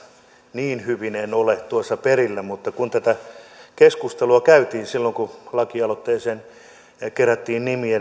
niin hyvin en ole tuossa perillä mutta kun tätä keskustelua käytiin silloin kun lakialoitteeseen kerättiin nimiä